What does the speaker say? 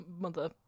mother